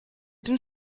den